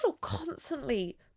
constantly